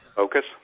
Focus